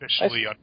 officially